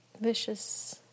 vicious